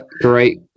great